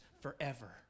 forever